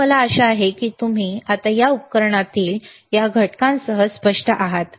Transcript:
तर मला आशा आहे की आता तुम्ही या उपकरणातील या घटकांसह स्पष्ट आहात